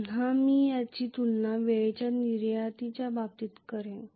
पुन्हा मी याची तुलना वेळेच्या निर्यातीच्या बाबतीत करेन